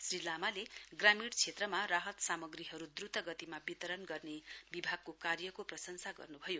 श्री लामाले ग्रामीण क्षेत्रमा राहत सामग्रीहरू दुत गतिमा वितरण गर्ने विभागको कार्यको प्रशंसा गर्नुभयो